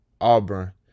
Auburn